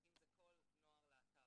אם זה כל נוער להט"ב,